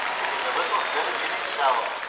it is a little village in itself,